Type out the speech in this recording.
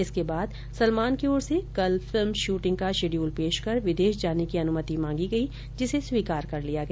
इसके बाद सलमान की ओर से कल फिल्म शूटिंग का शिड्यूल पेश कर विदेश जाने की अनुमति मांगी गई जिसे स्वीकार कर लिया गया